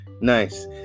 nice